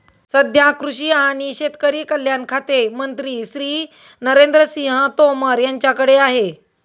सध्या कृषी आणि शेतकरी कल्याण खाते मंत्री श्री नरेंद्र सिंह तोमर यांच्याकडे आहे